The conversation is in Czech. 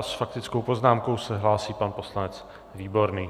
S faktickou poznámkou se hlásí pan poslanec Výborný.